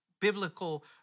biblical